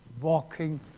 walking